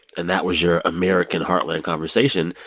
and that was your american heartland conversation.